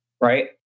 right